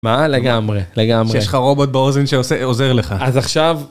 מה? לגמרי, לגמרי. שיש לך רובוט באוזן שעוזר לך. אז עכשיו...